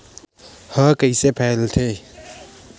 ह कइसे फैलथे?